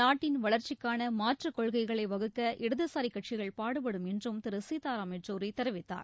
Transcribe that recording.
நாட்டின் வளர்ச்சிக்கான மாற்றுக் கொள்கைகளை வகுக்க இடதுசாரிக் கட்சிகள் பாடுபடும் என்றும் திரு சீதாராம் யெச்சுரி தெரிவித்தார்